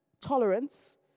Tolerance